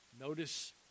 notice